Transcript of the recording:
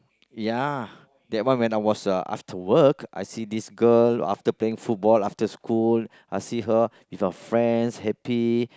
ya that one when I was uh after work I see this girl after playing football after school I see her with her friends happy